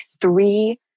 three